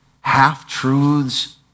half-truths